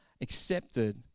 accepted